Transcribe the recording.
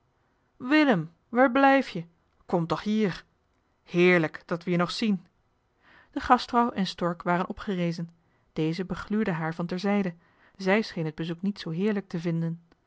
willem waar blijf je kom toch hier heerlijk dat we je toch nog zien de gastvrouw en stork waren opgerezen hij begluurde haar van terzijde zij scheen het bezoek niet zoo heerlijk te vinden